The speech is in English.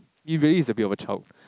he really is a bit of a child